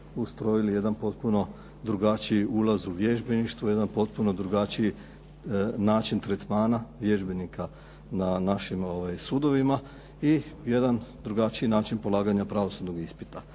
ustrojili jedan potpuno drugačiji ulaz u vježbeništvo, jedan potpuno drugačiji način tretmana vježbenika na našim sudovima i jedan drugačiji način polaganja pravosudnog ispita.